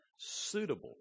suitable